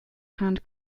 hand